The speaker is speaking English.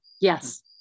Yes